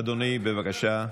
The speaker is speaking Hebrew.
אדוני, בבקשה.